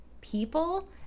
people